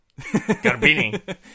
Garbini